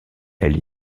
elle